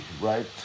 right